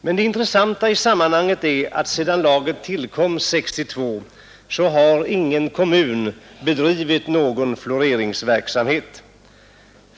Men det intressanta i sammanhanget är, att sedan lagen tillkom 1962 har ingen kommun bedrivit någon fluorideringsverksamhet.